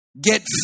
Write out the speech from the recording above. get